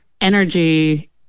energy